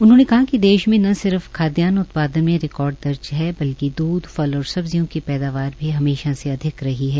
उन्होंने कहा कि देश में न सिर्फ खाद्यान उत्पादन में रिकॉर्ड दर्ज किया है बल्कि द्ध फल और सब्जियों की पैदावर भी हमेशा से अधिक रही है